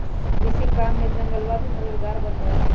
कृषि काम में जंगलवा भी मददगार बन जाहई